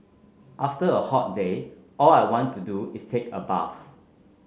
after a hot day all I want to do is take a bath